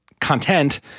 content